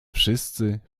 wszyscy